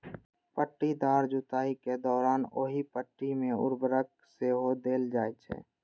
पट्टीदार जुताइ के दौरान ओहि पट्टी मे उर्वरक सेहो देल जाइ छै